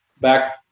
back